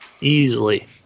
Easily